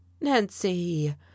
Nancy